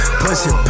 pussy